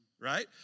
right